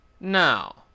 Now